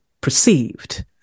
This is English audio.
perceived